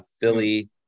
Philly